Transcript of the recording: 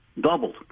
doubled